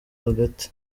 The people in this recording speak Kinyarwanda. hagati